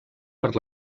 per